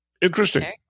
Interesting